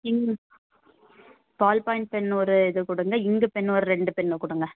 இங் ball point pen ஒரு இது கொடுங்க இங்கு பென் ஒரு ரெண்டு பென்னு கொடுங்க